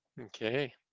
Okay